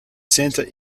centre